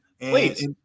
Wait